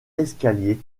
escalier